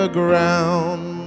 ground